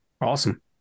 awesome